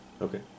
Okay